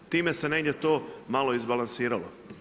Time se negdje to malo izbalansiralo.